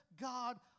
God